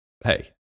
hey